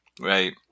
right